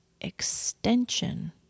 extension